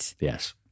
Yes